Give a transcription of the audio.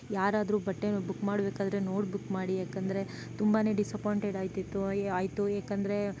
ಯಾರಾದರೂ ಬಟ್ಟೆನ ಬುಕ್ ಮಾಡಬೇಕಾದ್ರೆ ನೋಡಿ ಬುಕ್ ಮಾಡಿ ಯಾಕಂದರೆ ತುಂಬಾ ಡಿಸಪಾಯಿಂಟೆಡ್ ಆಯ್ತಿತ್ತು ಆಯಿತು ಯಾಕಂದರೆ